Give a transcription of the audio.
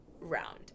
round